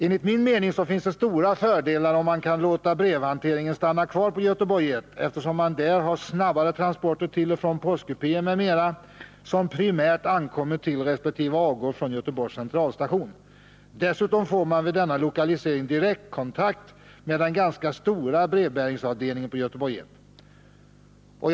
Enligt min mening finns det stora fördelar med att låta brevhanteringen stanna kvar på Göteborg 1, eftersom man där har snabbare transporter till och från de postkupéer m.m. som primärt ankommer till resp. avgår från Göteborgs centralstation. Dessutom får man vid denna lokalisering direktkontakt med den ganska stora brevbäringsavdelningen på Göteborg 1.